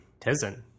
Tizen